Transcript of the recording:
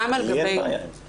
גם על גבי --- תהיה בעיה עם זה.